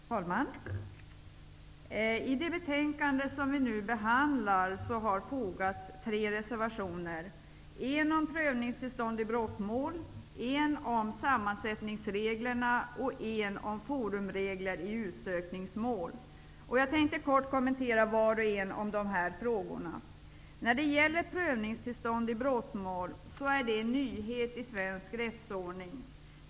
Fru talman! Till det betänkande vi nu behandlar har fogats tre reservationer: en om prövningstillstånd i brottmål, en om sammansättningsregler och en om forumregler i utsökningsmål. Jag tänkte kort kommentera var och en av dessa frågor. Prövningstillstånd i brottmål är en nyhet i svensk rättsordning.